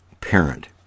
parent